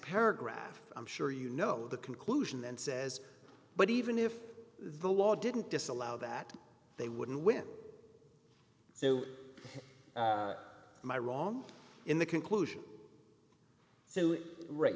paragraph i'm sure you know the conclusion that says but even if the law didn't disallow that they wouldn't win so my wrong in the conclusion